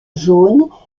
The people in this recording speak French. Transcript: jaunes